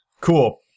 Cool